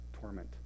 torment